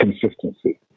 consistency